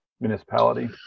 municipality